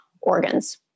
organs